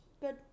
Good